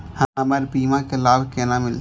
हमर बीमा के लाभ केना मिलते?